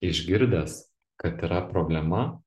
išgirdęs kad yra problema